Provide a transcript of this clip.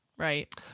Right